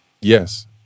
yes